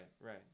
right